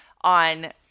on